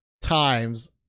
times